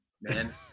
Man